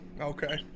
Okay